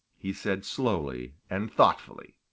he said slowly and thoughtfully.